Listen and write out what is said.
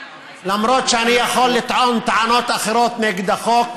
למרות שאני יכול לטעון טענות אחרות נגד החוק,